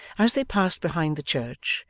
as they passed behind the church,